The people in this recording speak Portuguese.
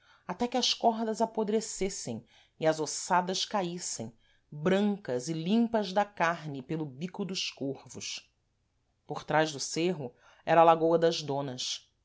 até que as cordas apodrecessem e as ossadas caíssem brancas e limpas da carne pelo bico dos corvos por trás do cêrro era a lagôa das donas